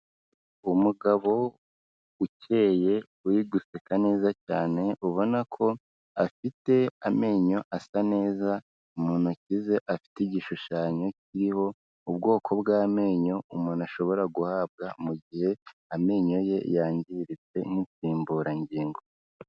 Umugabo ukeye uri guseka neza cyane, ubona ko afite amenyo asa neza, mu ntoki ze afite igishushanyo kiriho ubwoko bw'amenyo umuntu ashobora guhabwa mu gihe amenyo ye yangiritse nk'insimburangingo.